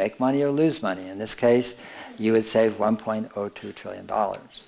make money or lose money in this case you would save one point two trillion dollars